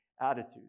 attitude